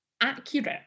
accurate